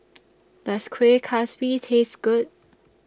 Does Kuih Kaswi Taste Good